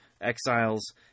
Exiles